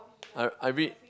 I I read